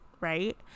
right